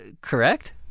correct